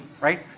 right